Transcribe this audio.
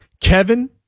Kevin